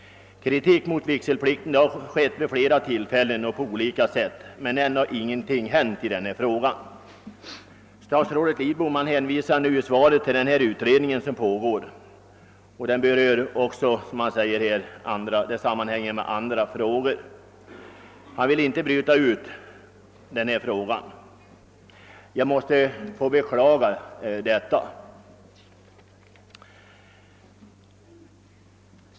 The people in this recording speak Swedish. Kritik mot vigselplikten har framförts vid flera tillfällen och i olika former, men ännu har ingenting hänt. Statsrådet Lidbom hänvisar i svaret till den utredning som pågår och säger att denna fråga hänger samman med andra frågor som är under utredning. Statsrådet vill alltså inte bryta ut frågan om prästs vigselskyldighet. Jag måste beklaga detta.